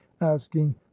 asking